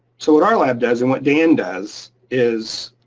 so what our lab does and what dan does is